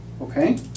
okay